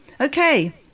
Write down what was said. Okay